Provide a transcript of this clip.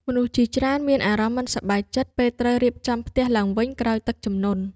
មនុស្សជាច្រើនមានអារម្មណ៍មិនសប្បាយចិត្ត ពេលត្រូវរៀបចំផ្ទះឡើងវិញក្រោយទឹកជំនន់។